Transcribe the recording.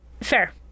Fair